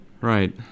right